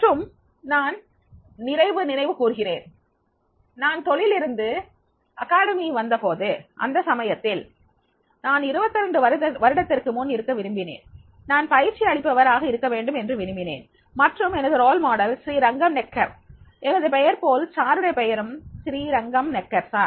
மற்றும் நான் நிறைவு நினைவு கூறுகிறேன் நான் தொழிலிலிருந்து கல்விக்கு வந்தபோது அந்த சமயத்தில் நான் 22 வருடத்திற்கு முன் இருக்க விரும்பினேன் நான் பயிற்சி அளிப்பவர் ஆக இருக்கவேண்டும் என்று விரும்பினேன் மற்றும் எனது ரோல் மாடல் ஸ்ரீ ரங்கம்நெக்கர் எனது பெயர் போல் சாருடைய பெயரும் ஸ்ரீ ரங்கம் நெக்கர் சார்